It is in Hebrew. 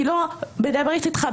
אני חושב שזה יהיה גורם הרתעה